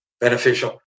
beneficial